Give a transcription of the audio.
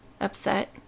upset